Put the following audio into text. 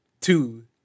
two